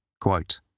Quote